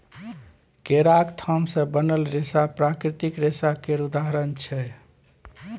केराक थाम सँ बनल रेशा प्राकृतिक रेशा केर उदाहरण छै